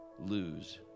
lose